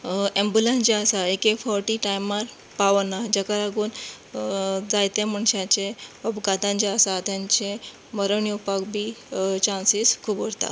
ambulance जे आसा एक एक फावटी टायमार पावना जाका लागून जायत्या मनशांचे अपघातान जे आसात तांचें मरण येवपाक बी चांसेस खूब उरता